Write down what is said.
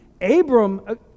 Abram